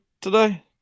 today